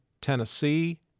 Tennessee